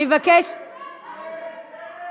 אני מבקשת מכם, את מעירה לי מה לעשות?